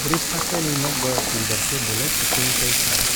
Greece haste ni nokbar twuibar khe belai kutung tei kwran.